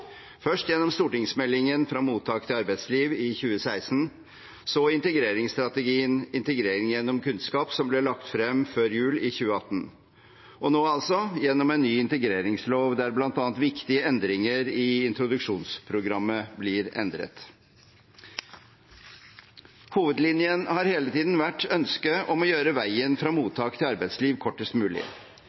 først gjennom stortingsmeldingen «Fra mottak til arbeidsliv» i 2016, så integreringsstrategien «Integrering gjennom kunnskap», som ble lagt frem før jul i 2018, og nå altså gjennom en ny integreringslov, der bl.a. viktige endringer i introduksjonsprogrammet blir hjemlet. Hovedlinjen har hele tiden vært ønsket om å gjøre veien fra mottak til arbeidsliv kortest mulig.